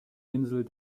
insel